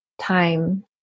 time